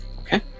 Okay